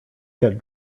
got